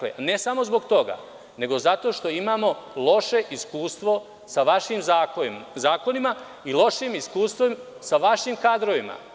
Ne samo zbog toga, nego zato što imamo loše iskustvo sa vašim zakonima i loše iskustvo sa vašim kadrovima.